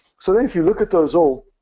so if you look at those all,